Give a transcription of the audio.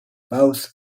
both